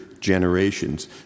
generations